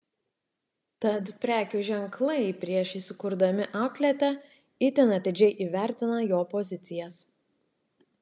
tad prekių ženklai prieš įsikurdami outlete itin atidžiai įvertina jo pozicijas